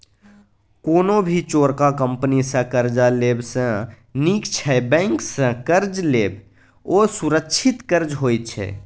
कोनो भी चोरका कंपनी सँ कर्जा लेब सँ नीक छै बैंक सँ कर्ज लेब, ओ सुरक्षित कर्ज होइत छै